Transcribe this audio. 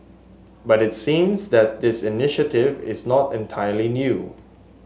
but it seems that this initiative is not entirely new